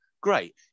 great